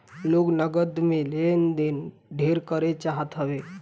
लोग नगद में लेन देन ढेर करे चाहत हवे